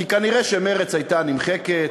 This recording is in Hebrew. כי כנראה מרצ הייתה נמחקת,